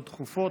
דחופות.